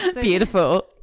beautiful